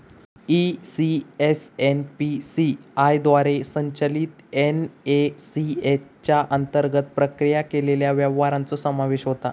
ECS NPCI द्वारे संचलित NACH च्या अंतर्गत प्रक्रिया केलेल्या व्यवहारांचो समावेश होता